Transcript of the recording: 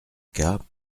cas